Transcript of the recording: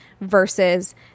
versus